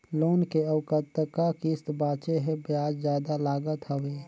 Loan के अउ कतका किस्त बांचें हे? ब्याज जादा लागत हवय,